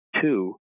two